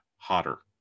hotter